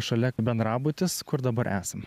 šalia bendrabutis kur dabar esam